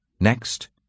Next